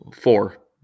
four